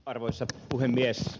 arvoisa puhemies